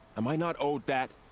am i not owed that?